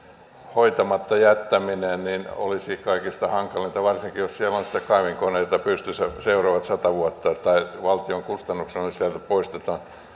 hoitamatta jättämistä pidettiin itse asiassa luonnon ja maisemoinnin kannalta kaikista hankalimpana varsinkin jos siellä on sitten kaivinkoneita pystyssä seuraavat sata vuotta tai valtion kustannuksella ne sieltä poistetaan